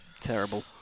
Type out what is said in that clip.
terrible